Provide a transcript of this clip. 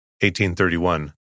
1831